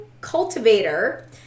Cultivator